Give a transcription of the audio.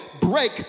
break